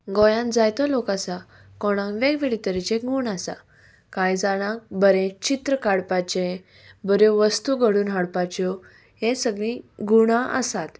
गोंयांत जायतो लोक आसा कोणाक वेगवेगळे तरेचे गूण आसा कांय जाणांक बरें चित्र काडपाचें बऱ्यो वस्तू घडून हाडपाच्यो हें सगळीं गुणां आसात